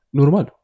normal